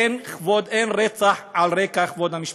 אין רצח על רקע כבוד המשפחה,